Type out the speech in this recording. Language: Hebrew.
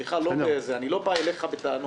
סליחה, אני לא בא אליך בטענות.